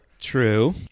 true